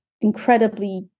incredibly